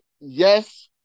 yes